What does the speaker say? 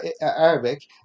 Arabic